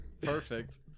perfect